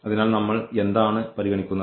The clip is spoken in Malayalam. അതിനാൽ നമ്മൾ എന്താണ് പരിഗണിക്കുന്നത്